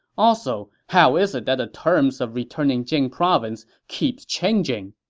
also, how is it that the terms of returning jing province keep changing?